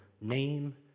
name